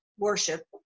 worship